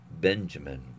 Benjamin